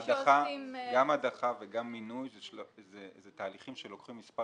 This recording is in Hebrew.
גם הדחה וגם מינוי הם תהליכים שאורכים מספר